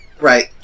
Right